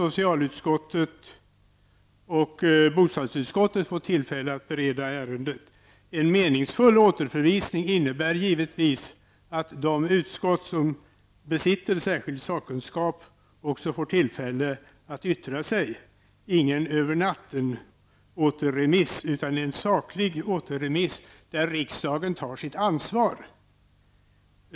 Socialutskottet och bostadsutskottet borde dessutom ha fått tillfälle att bereda ärendet. En meningsfull återförvisning innebär givetvis att de utskott som besitter särskild sakkunskap också får tillfälle att yttra sig. Det skall inte vara någon återremiss över natten, utan en saklig återremiss där riksdagen tar sitt ansvar.